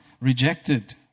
rejected